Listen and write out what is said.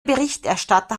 berichterstatter